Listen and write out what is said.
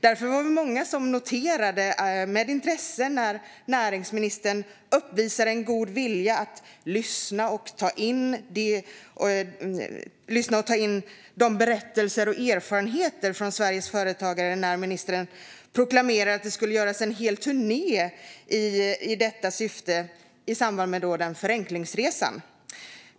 Därför var vi många som med intresse noterade att näringsministern uppvisade en god vilja att lyssna och ta in berättelser och erfarenheter från Sveriges företagare när ministern proklamerade att det skulle göras en hel turné i detta syfte i samband med Förenklingsresan.